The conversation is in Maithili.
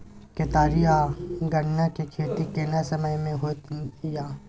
केतारी आ गन्ना के खेती केना समय में होयत या?